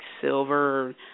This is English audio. silver